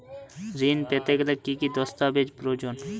ঋণ পেতে গেলে কি কি দস্তাবেজ প্রয়োজন?